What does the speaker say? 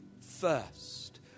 first